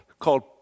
called